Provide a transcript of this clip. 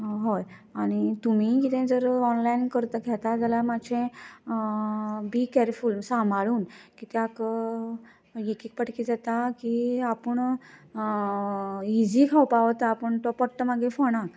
हय आनी तुमीय कितेय जर ऑनलाय्न करता घेता जाल्यार मात्शे बी कॅरफूल सांबाळून कित्याक एक एक पाटी कितें जाता की आपूण इझी खावपा वता पूण तो पट्टा मागीर फोणांत